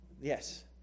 yes